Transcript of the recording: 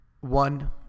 One